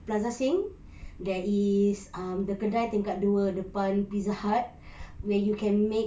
plaza sing there is um the kedai tingkat dua depan pizza hut where you can make